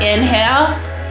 Inhale